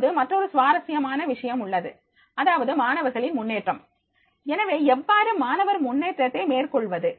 இப்போது மற்றுமொரு சுவாரசியமான விஷயம் உள்ளது அதாவது மாணவர்களின் முன்னேற்றம் எனவே எவ்வாறு மாணவர் முன்னேற்றத்தை மேற்கொள்வது